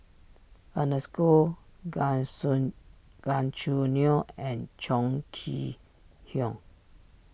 Ernest Goh gan soon Gan Choo Neo and Chong Kee Hiong